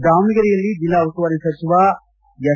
ದಾವಣಗೆರೆಯಲ್ಲಿ ಜಿಲ್ಲಾ ಉಸ್ತುವಾರಿ ಸಚಿವ ಎಸ್